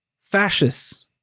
fascists